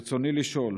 ברצוני לשאול: